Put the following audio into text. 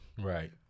Right